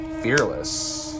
Fearless